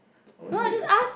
I won't do it